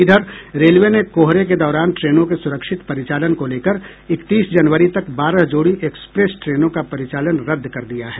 इधर रेलवे ने कोहरे के दौरान ट्रेनों के सुरक्षित परिचालन को लेकर इकतीस जनवरी तक बारह जोड़ी एक्सप्रेस ट्रेनों का परिचालन रद्द कर दिया है